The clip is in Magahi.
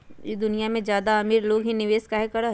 ई दुनिया में ज्यादा अमीर लोग ही निवेस काहे करई?